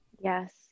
Yes